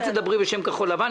אל תדברי בשם כחול לבן.